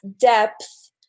depth